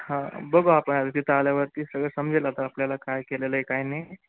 हां बघू आपल्या तिथं आल्यावरती सगळं समजेल आता आपल्याला काय केलेलं आहे काय नाही